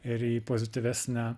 ir į pozityvesnę